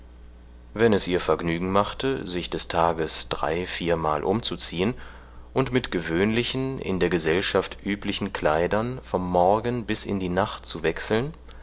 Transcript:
wenn es ihr vergnügen machte sich des tages drei viermal umzuziehen und mit gewöhnlichen in der gesellschaft üblichen kleidern vom morgen bis in die nacht zu wechseln